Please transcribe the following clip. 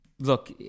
Look